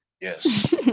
Yes